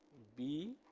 b